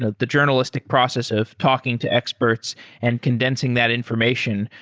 ah the journalistic process of talking to experts and condensing that information,